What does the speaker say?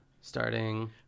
Starting